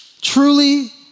Truly